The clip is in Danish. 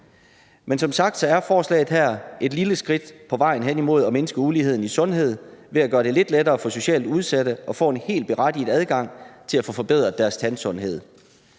Men som sagt er forslaget her et lille skridt på vejen hen imod at mindske uligheden i sundhed ved at gøre det lidt lettere for socialt udsatte at få en helt berettiget adgang til at få forbedret deres tandsundhed.